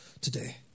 today